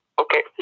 Okay